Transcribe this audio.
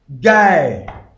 Guy